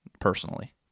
personally